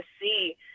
see